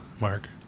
mark